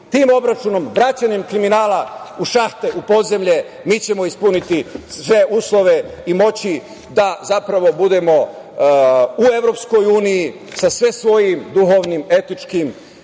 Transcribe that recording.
tim obračunom, vraćanjem kriminala u šahte, u podzemlje, mi ćemo ispuniti sve uslove i moći da zapravo budemo u Evropskoj uniji sa sve svojim duhovnim, etičkim